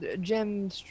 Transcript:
Jim